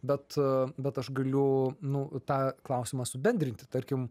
bet bet aš galiu nu tą klausimą subendrinti tarkim